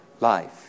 Life